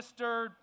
Mr